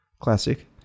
Classic